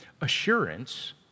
Assurance